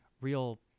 real